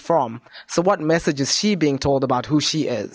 from so what message is she being told about who she is